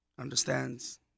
understands